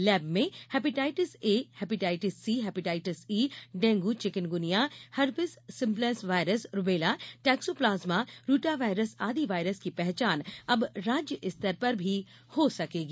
lab में hepatitis A hepatitis C hepatitis E dengue chikungunya herpes simplex virus rubella toxoplasma rotavirus आदि virus की पहचान अब राज्य स्तर पर ही हो सकेगी